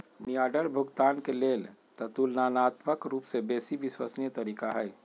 money order भुगतान के लेल ततुलनात्मक रूपसे बेशी विश्वसनीय तरीका हइ